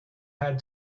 had